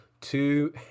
two